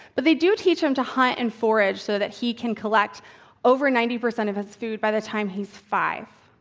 but they do teach him to hunt and forage so that he can collect over ninety percent of his food by the time he's five.